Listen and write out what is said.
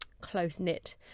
close-knit